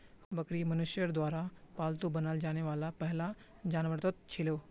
बकरी मनुष्यर द्वारा पालतू बनाल जाने वाला पहला जानवरतत छिलो